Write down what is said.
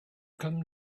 come